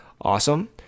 awesome